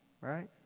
Right